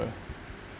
a